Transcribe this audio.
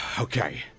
Okay